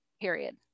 period